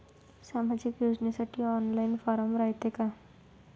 सामाजिक योजनेसाठी online form रायते का?